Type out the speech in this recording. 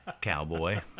cowboy